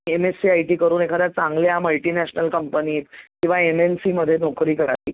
MSc I T करून एखाद्या चांगल्या मल्टिनॅशनल कंपनीत किंवा एम एन सीमध्ये नौकरी करावी